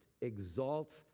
exalts